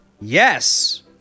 Yes